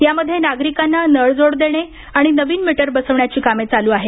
यामध्ये नागरिकांना नळजोड देणे आणि नवीन मीटर बसवण्याची कामे चालू आहेत